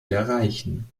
erreichen